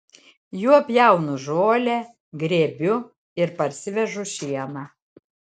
juo pjaunu žolę grėbiu ir parsivežu šieną